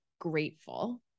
grateful